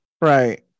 right